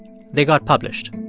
they got published